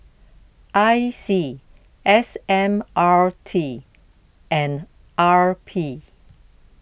I C S M R T and R P